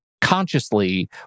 consciously